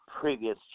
previous